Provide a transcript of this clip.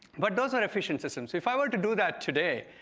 but those are efficient systems. so if i were to do that today,